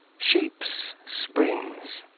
sheep's springs.